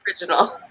original